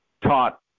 taught